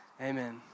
Amen